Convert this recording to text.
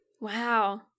Wow